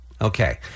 Okay